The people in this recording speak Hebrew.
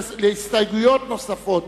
להסתייגויות נוספות